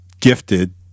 gifted